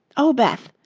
oh, beth,